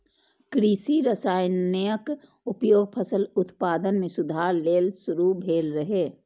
कृषि रसायनक उपयोग फसल उत्पादन मे सुधार लेल शुरू भेल रहै